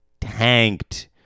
tanked